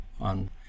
on